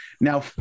Now